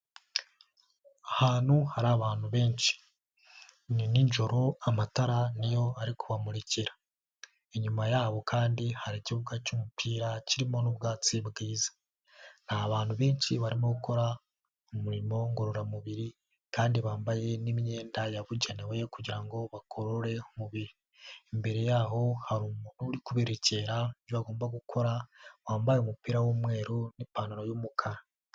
Ahantu hari abantu benshi, ni nijoro amatara ni yo ari kubamurirekera, inyuma yabo kandi hari ikibuga cy'umupira kirimo n'ubwatsi bwiza, ni abantu benshi barimo gukora umurimo ngororamubiri kandi bambaye n'imyenda yabugenewe kugira ngo bakore mubiri, imbere y'aho hari umuntu uri kuberekera ibyo bagomba gukora wambaye umupira w'umweru n'ipantaro y'umukara.